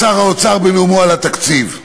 בנאומו על התקציב.